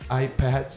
iPad